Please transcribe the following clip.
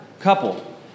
couple